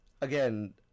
again